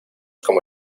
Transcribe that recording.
como